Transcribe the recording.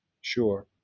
Sure